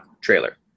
trailer